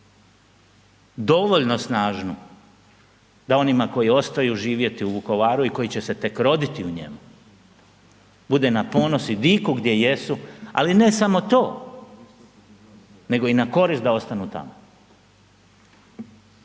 dovoljno snažnu da onima koji ostaju živjeti u Vukovaru i koji će se tek roditi u njemu bude na ponos i diku gdje jesu. Ali, ne samo to, nego i na korist da ostanu tamo.